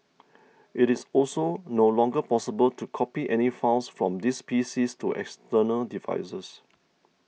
it is also no longer possible to copy any files from these PCs to external devices